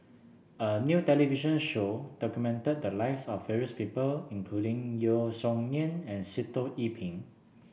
a new television show documented the lives of various people including Yeo Song Nian and Sitoh Yih Pin